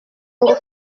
ingufu